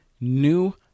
new